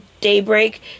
daybreak